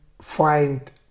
find